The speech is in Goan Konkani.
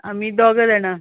आमी दोगां जाणां